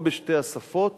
או בשתי השפות,